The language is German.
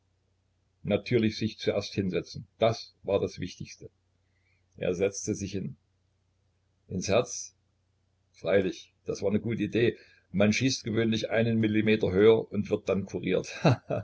natürlich sich zuerst hinsetzen das war das wichtigste er setzte sich hin ins herz freilich das war ne gute idee man schießt gewöhnlich einen millimeter höher und wird dann kuriert